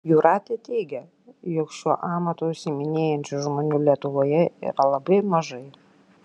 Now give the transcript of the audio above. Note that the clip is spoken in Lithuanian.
jūratė teigia jog šiuo amatu užsiiminėjančių žmonių lietuvoje yra labai mažai